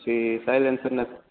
પછી સાઇલેનશર ના